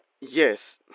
yes